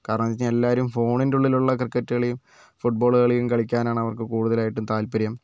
കാരണം എന്താ വെച്ചു കഴിഞ്ഞാൽ എല്ലാവരും ഫോണിന്റെ ഉള്ളിലുള്ള ക്രിക്കറ്റ് കളീം ഫുട്ബോള് കളീം കളിക്കാനാണ് അവർക്ക് കൂടുതലായിട്ടും താല്പര്യം